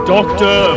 Doctor